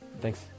thanks